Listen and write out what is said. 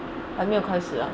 还没有开始 ah